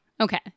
Okay